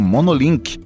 Monolink